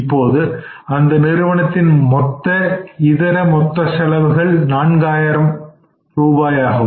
இப்பொழுது அந்த நிறுவனத்தின் மொத்த இதர மொத்த செலவுகள் நான்காயிரம் ரூபாய் ஆகும்